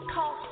Call